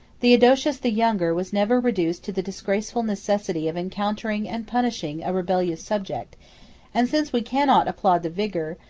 theodosius the younger was never reduced to the disgraceful necessity of encountering and punishing a rebellious subject and since we cannot applaud the vigor,